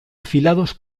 afilados